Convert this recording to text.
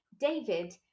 David